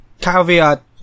caveat